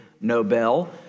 Nobel